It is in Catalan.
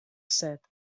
set